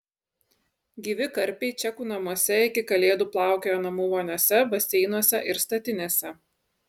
gyvi karpiai čekų namuose iki kalėdų plaukioja namų voniose baseinuose ir statinėse